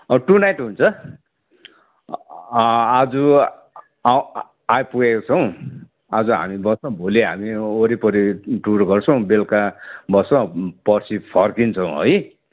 two night हुन्छ आज आइपुगेको छौँ आज हामी बस्छौँ भोलि या वरिपरि टुर गर्छौँ बेलुका बस्छौँ पर्सी फर्किन्छौँ है